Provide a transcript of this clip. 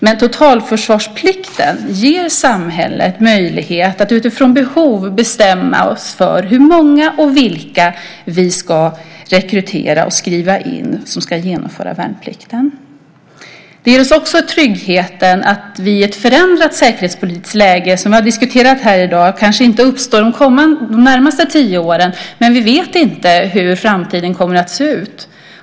Men totalförsvarsplikten ger samhället möjlighet att utifrån behov bestämma hur många och vilka som ska rekryteras och skrivas in och som ska genomföra värnplikten. Det ger oss också trygghet vid ett förändrat säkerhetspolitiskt läge, som vi har diskuterat här i dag och som kanske inte uppstår under de närmaste tio åren, men vi vet inte hur framtiden kommer att se ut.